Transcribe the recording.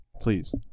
please